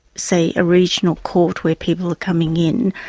say, a regional court where people are coming in,